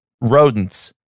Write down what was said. rodents